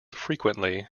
frequently